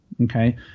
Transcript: okay